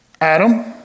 Adam